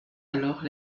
alors